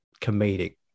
comedic